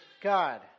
God